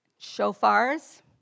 shofars